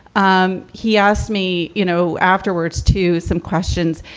um he asked me, you know, afterwards to some questions.